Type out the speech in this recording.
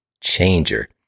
Changer